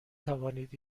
توانید